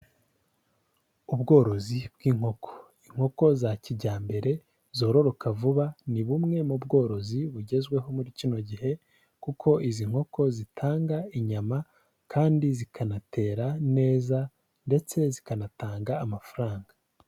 Ubworozi bw'inkoko. Inkoko za kijyambere zororoka vuba, ni bumwe mu bworozi bugezweho muri kino gihe, kuko izi nkoko zitanga inyama, kandi zikanatera neza ndetse zikanatanga amafaranga.